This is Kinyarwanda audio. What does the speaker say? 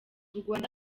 rwanda